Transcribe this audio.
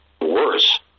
worse